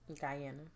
diana